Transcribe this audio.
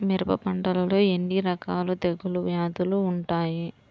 మిరప పంటలో ఎన్ని రకాల తెగులు వ్యాధులు వుంటాయి?